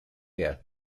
here